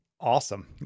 awesome